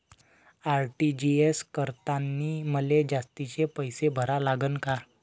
RTGS करतांनी मले जास्तीचे पैसे भरा लागन का?